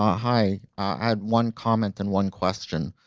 ah hi, i had one comment and one question.